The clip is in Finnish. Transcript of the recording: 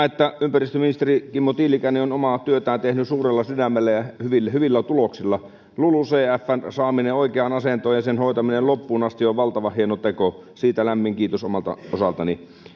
että ympäristöministeri kimmo tiilikainen on omaa työtään tehnyt suurella sydämellä ja hyvillä hyvillä tuloksilla lulucfn lulucfn saaminen oikeaan asentoon ja sen hoitaminen loppuun asti on valtavan hieno teko siitä lämmin kiitos omalta osaltani